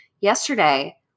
Yesterday